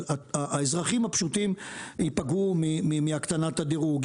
האזרחים הפשוטים ייפגעו מהקטנת הדירוג,